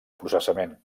processament